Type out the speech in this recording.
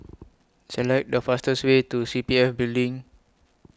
Select The fastest Way to C P F Building